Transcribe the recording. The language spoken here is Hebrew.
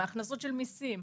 מהכנסות של מיסים,